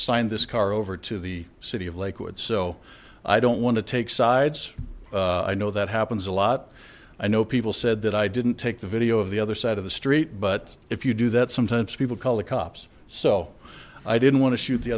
signed this car over to the city of lakewood so i don't want to take sides i know that happens a lot i know people said that i didn't take the video of the other side of the street but if you do that sometimes people call the cops so i didn't want to shoot the